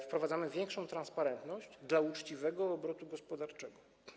Wprowadzamy większą transparentność dla uczciwego obrotu gospodarczego.